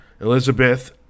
Elizabeth